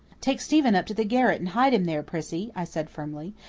take stephen up to the garret and hide him there, prissy, i said firmly,